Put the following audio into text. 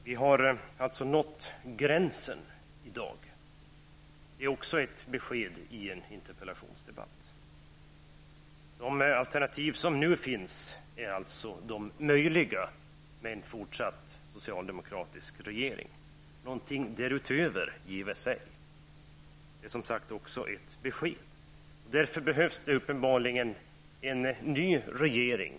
Herr talman! Vi har nått gränsen i dag vad gäller alternativen inom barnomsorgen, säger Bengt Lindqvist. Ja, det är också ett besked i en interpellationsdebatt! De alternativ som nu finns är alltså de alternativ som är möjliga så länge vi har en socialdemokratisk regering. Någonting därutöver medgives ej. Det behövs uppenbarligen en ny regering.